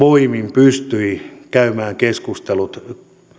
pystyi käymään keskustelut